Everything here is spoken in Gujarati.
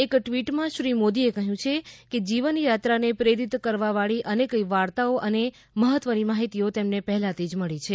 એક ટ્વીટમાં શ્રી મોદીએ કહ્યું છે કે જીવનયાત્રાને પ્રેરીત કરવાવાળી અનેક વાર્તાઓ અને મહત્વની માહીતીઓ તેમને પહેલાથી જ મળી છે